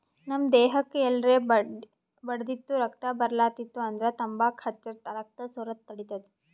ನಮ್ ದೇಹಕ್ಕ್ ಎಲ್ರೆ ಬಡ್ದಿತ್ತು ರಕ್ತಾ ಬರ್ಲಾತಿತ್ತು ಅಂದ್ರ ತಂಬಾಕ್ ಹಚ್ಚರ್ ರಕ್ತಾ ಸೋರದ್ ತಡಿತದ್